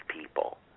people